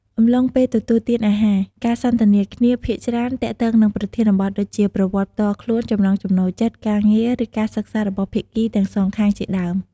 អំទ្បុងពេលទទួលទានអាហារការសន្ទនាគ្នាភាគច្រើទាក់ទងនឹងប្រធានបទដូចជា ប្រវត្តិផ្ទាល់ខ្លួន ចំណង់ចំណូលចិត្ត ការងារឬការសិក្សារបស់ភាគីទាំងសងខាងជាដើម។